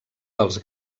dels